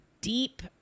deep